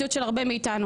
מציאות של הרבה חברי כנסת.